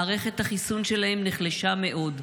מערכת החיסון שלהם נחלשה מאוד,